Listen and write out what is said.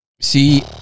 see